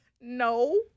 No